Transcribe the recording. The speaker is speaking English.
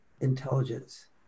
intelligence